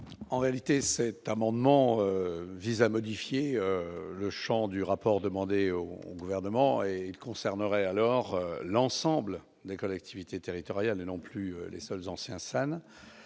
commission ? Cet amendement vise à modifier le champ du rapport demandé au Gouvernement, qui concernerait alors l'ensemble des collectivités territoriales et non plus les seuls anciens SAN.